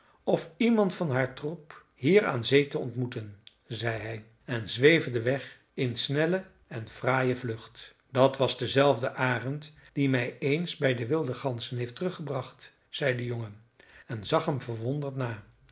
of iemand van haar troep hier aan zee te ontmoeten zei hij en zweefde weg in snelle en fraaie vlucht dat was dezelfde arend die mij eens bij de wilde ganzen heeft teruggebracht zei de jongen en zag hem verwonderd na